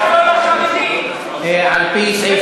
על-פי סעיף